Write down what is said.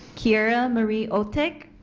kiera marie ohtake.